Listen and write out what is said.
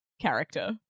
character